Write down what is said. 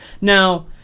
Now